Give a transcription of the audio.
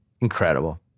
Incredible